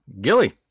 Gilly